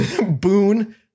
Boone